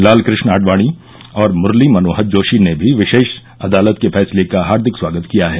लालकृष्ण आडवाणी और मुरली मनोहर जोशी ने भी विशेष अदालत के फैसले का हार्दिक स्वागत किया है